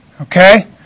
Okay